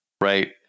right